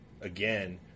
again